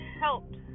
helped